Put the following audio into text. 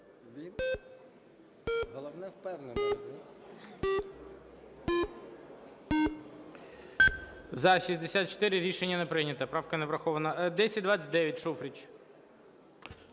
За-64 Рішення не прийнято. Правка не врахована. 1029, Шуфрич.